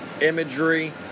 imagery